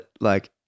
like-